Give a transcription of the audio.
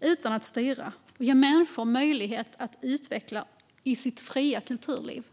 utan att styra och att ge människor möjlighet att utvecklas i sitt fria kulturliv.